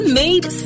made